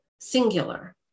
singular